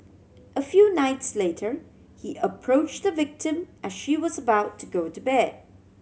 a few nights later he approach the victim as she was about to go to bed